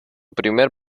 primer